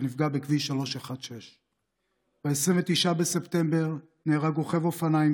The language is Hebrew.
נפגע בכביש 316. ב-29 ספטמבר נהרג רוכב אופניים,